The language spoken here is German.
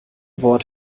wort